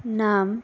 নাম